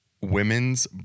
women's